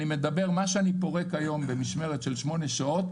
מה שאני פורק היום במשמרת של שמונה שעות,